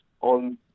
On